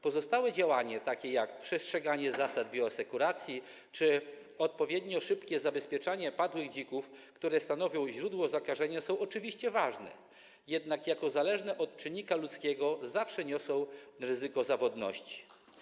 Pozostałe działania, takie jak przestrzeganie zasad bioasekuracji czy odpowiednio szybkie zabezpieczanie padłych dzików, które stanowią źródło zakażenia, są oczywiście ważne, jednak jako zależne od czynnika ludzkiego zawsze niosą ryzyko zawodności.